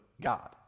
God